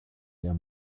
der